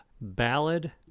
Ballad